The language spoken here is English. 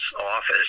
office